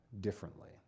differently